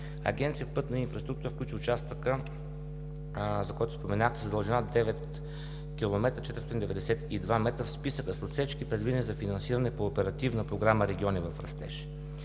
Агенция „Пътна инфраструктура“ включи участъка, за който споменахте, с дължина 9,492 км в списъка с отсечки, предвидени за финансиране по Оперативна програма „Региони в растеж“,